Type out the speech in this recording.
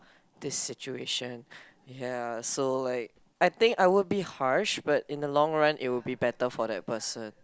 this situation ya so like I think I would be harsh but in a long run it would be better for that person